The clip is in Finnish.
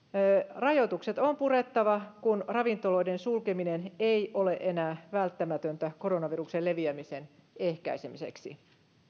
rajoitukset on purettava kun ravintoloiden sulkeminen ei ole enää välttämätöntä koronaviruksen leviämisen ehkäisemiseksi